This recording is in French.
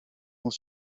vont